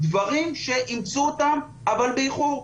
דברים שאימצו אותם אבל באיחור.